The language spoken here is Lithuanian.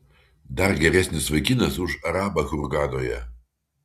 dar geresnis vaikinas už arabą hurgadoje